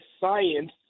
science